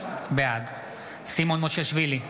בעד סימון מושיאשוילי,